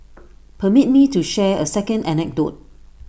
permit me to share A second anecdote